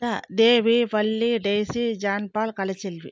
Devi Valli Jayashree John Paul Kalaiselvi